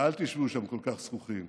ואל תשבו שם כל כך זחוחים.